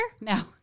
no